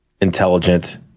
intelligent